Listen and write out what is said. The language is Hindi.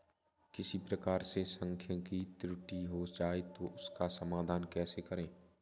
किसी प्रकार से सांख्यिकी त्रुटि हो जाए तो उसका समाधान कैसे करें?